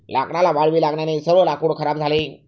लाकडाला वाळवी लागल्याने सर्व लाकूड खराब झाले